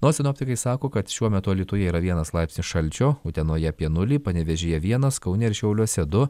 na o sinoptikai sako kad šiuo metu alytuje yra vienas laipsnis šalčio utenoje apie nulį panevėžyje vienas kaune ir šiauliuose du